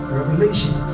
revelation